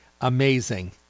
amazing